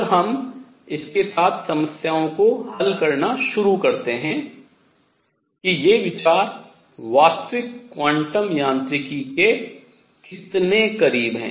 जब हम इसके साथ समस्याओं को हल करना शुरू करते हैं कि ये विचार वास्तविक क्वांटम यांत्रिकी के कितने करीब हैं